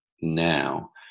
now